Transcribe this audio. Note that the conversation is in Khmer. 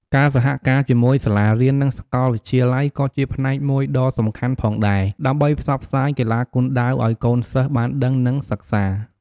ការសហការជាមួយសាលារៀន និងសកលវិទ្យាល័យក៏ជាផ្នែកមួយដ៏សំខាន់ផងដែរ ដើម្បីផ្សព្វផ្សាយកីឡាគុនដាវអោយកូនសិស្សបានដឹង និងសិក្សា។